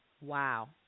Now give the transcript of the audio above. Wow